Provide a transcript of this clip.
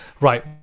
right